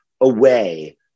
away